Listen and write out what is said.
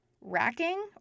racking